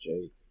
Jake